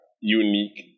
unique